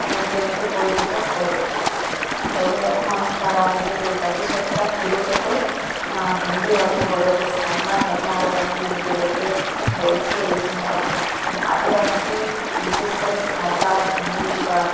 নিজেদেরকে পরিচিত করে তবে এখন তারা নিজেদের জাতিসত্ত্বা ফিরে পেতে হিন্দু ধর্মের বদলে সারনা ধর্মাবলম্বী নিজেদেরকে বলছে এই সময় আদিবাসী বিশেষ করে সাঁওতাল ভূমিজ বা